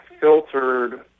filtered